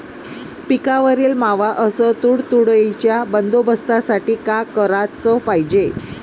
पिकावरील मावा अस तुडतुड्याइच्या बंदोबस्तासाठी का कराच पायजे?